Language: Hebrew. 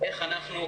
איך אנחנו,